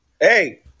Hey